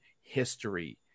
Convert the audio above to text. history